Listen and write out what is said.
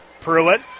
Pruitt